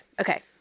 Okay